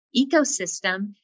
ecosystem